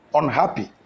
unhappy